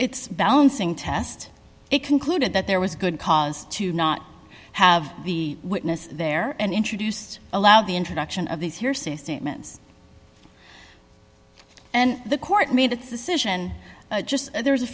its balancing test it concluded that there was good cause to not have the witness there and introduced allow the introduction of these hearsay statements and the court made its decision just there's a